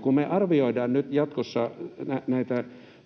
Kun me arvioidaan nyt jatkossa näitä